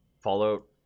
Fallout